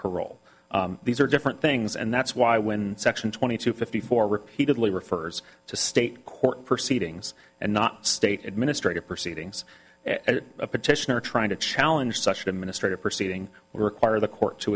parole these are different things and that's why when section twenty two fifty four repeatedly refers to state court proceedings and not state administrative proceedings at a petitioner trying to challenge such an administrative proceeding or require the court to